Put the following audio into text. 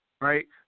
right